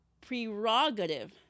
prerogative